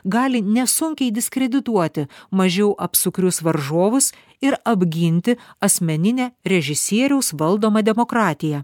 gali nesunkiai diskredituoti mažiau apsukrius varžovus ir apginti asmeninę režisieriaus valdomą demokratiją